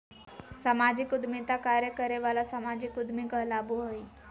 सामाजिक उद्यमिता कार्य करे वाला सामाजिक उद्यमी कहलाबो हइ